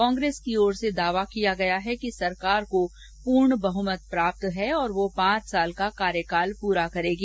कांग्रेस की ओर से दावा किया गया है कि सरकार को पूर्ण बहुमत प्राप्त है और वह पांच साल का कार्यकाल पूरा करेगी